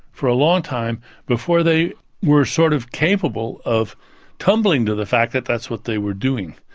for a long time before they were sort of capable of tumbling to the fact that that's what they were doing.